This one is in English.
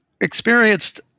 experienced